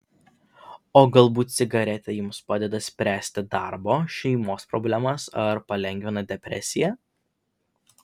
o galbūt cigaretė jums padeda spręsti darbo šeimos problemas ar palengvina depresiją